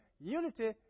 unity